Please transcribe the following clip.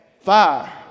fire